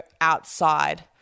outside